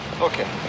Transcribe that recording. okay